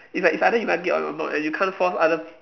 it's like it's either you like it or not and you can't force other